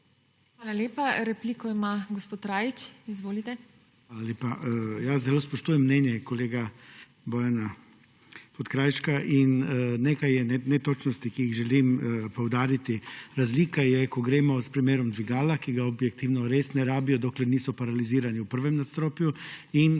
Hvala lepa. Repliko ima gospod Rajić. Izvolite. MAG. BRANISLAV RAJIĆ (PS SMC): Hvala lepa. Zelo spoštujem mnenje kolega Bojana Podkrajška in nekaj je netočnosti, ki jih želim poudariti. Razlika je, ko gremo s primerom dvigala, ki ga objektivno res ne rabijo dokler niso paralizirani v prvem nadstropju in